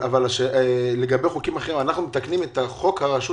אבל לגבי חוקים אחרים אנחנו מתקנים את חוק הרשות